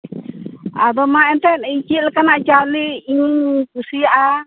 ᱟᱫᱚ ᱢᱟ ᱮᱱᱛᱮᱫ ᱤᱧ ᱪᱮᱫ ᱞᱮᱠᱟᱱᱟᱜ ᱪᱟᱹᱣᱞᱤ ᱤᱧᱤᱧ ᱠᱩᱥᱤᱭᱟᱜᱼᱟ